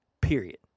period